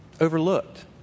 overlooked